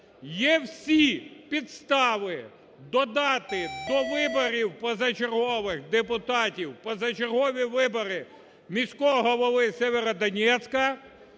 Є всі підстави додати до виборів позачергових депутатів позачергові вибори міського голови Сєвєродонецька